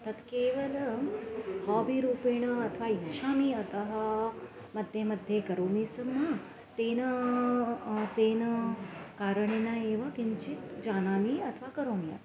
तत् केवल हाबिरूपेण अथवा इच्छामि अतः मध्ये मध्ये करोमि स्मा तेन तेन कारणेन एव किञ्चित् जानामि अथवा करोमि अपि